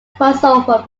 crossover